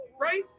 right